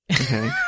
Okay